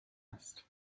است